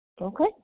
Okay